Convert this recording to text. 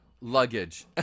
Luggage